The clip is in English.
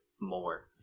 more